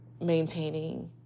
maintaining